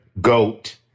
GOAT